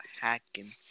hacking